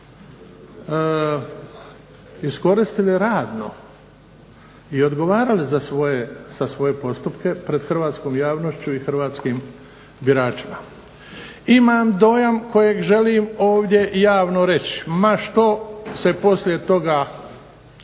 iskoristili radno i odgovarali za svoje postupke pred hrvatskom javnošću i hrvatskim biračima. Imam dojam kojeg želim ovdje javno reći, ma što se poslije toga